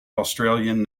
australian